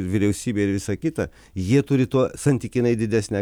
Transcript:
vyriausybė ir visa kita jie turi tuo santykinai didesnę